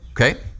okay